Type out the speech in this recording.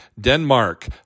Denmark